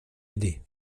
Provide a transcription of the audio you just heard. aidé